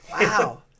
Wow